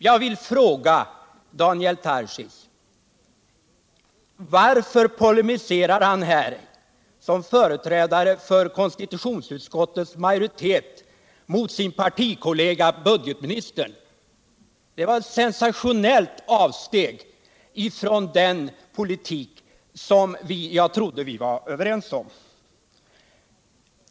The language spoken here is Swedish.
Jag vill fråga Daniel Tarschys: Varför polemiserade ni som företrädare för konstitutionsutskottets majoritet mot partikollegan budgetministern? Det var ett sensationellt avsteg från den politik som jag trodde vi var överens om.